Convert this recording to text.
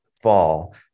fall